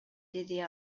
деди